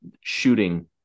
shooting